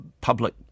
public